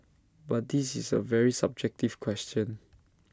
but this is A very subjective question